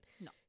no